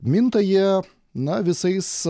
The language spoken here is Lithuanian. minta jie na visais